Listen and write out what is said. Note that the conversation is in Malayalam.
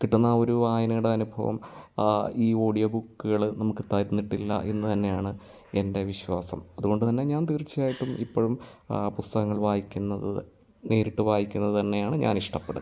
കിട്ടുന്ന ആ ഒരു വായനയുടെ അനുഭവം ഈ ഓഡിയോ ബുക്കുകൾ നമുക്ക് തന്നിട്ടില്ല എന്ന് തന്നെയാണ് എൻ്റെ വിശ്വാസം അതുകൊണ്ടുതന്നെ ഞാൻ തീർച്ചയായിട്ടും ഇപ്പോഴും പുസ്തകങ്ങൾ വായിക്കുന്നത് നേരിട്ട് വായിക്കുന്നത് തന്നെയാണ് ഞാൻ ഇഷ്ടപ്പെടുന്നത്